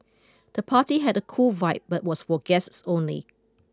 the party had a cool vibe but was for guests only